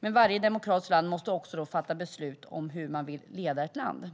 Men varje demokratiskt land måste då också fatta beslut om hur man vill leda ett land.